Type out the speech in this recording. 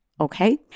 Okay